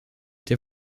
der